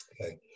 Okay